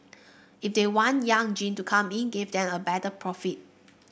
if they want young gen to come in give them a better profit